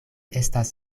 estas